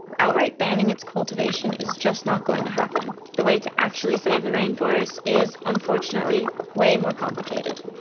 outright banning its cultivation is just not going to happen. the way to actually save the rainforests is unfortunately way more complicated.